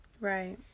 Right